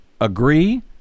agree